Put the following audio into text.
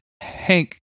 Hank